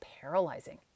paralyzing